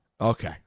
Okay